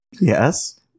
Yes